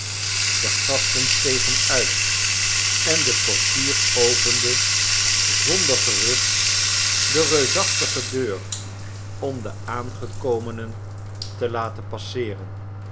de gasten stegen uit en de portier opende zonder gerucht de reusachtige deur om de aangekomenen te laten passeeren